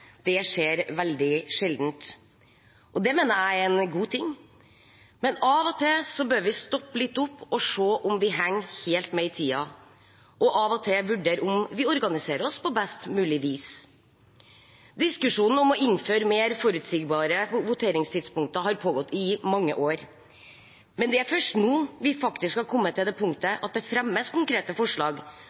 Det skjer veldig sjelden, og det mener jeg er en god ting. Men av og til bør vi stoppe litt opp og se om vi henger helt med i tiden, og av og til vurdere om vi organiserer oss på best mulig vis. Diskusjonen om å innføre mer forutsigbare voteringstidspunkter har pågått i mange år, men det er først nå vi faktisk har kommet til det punktet at det fremmes konkrete forslag